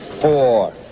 four